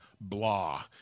blah